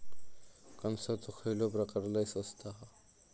कणसाचो खयलो प्रकार लय स्वस्त हा?